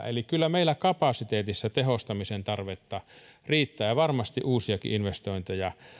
eli kyllä meillä kapasiteetissa tehostamisen tarvetta riittää ja varmasti uusiakin investointeja